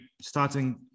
starting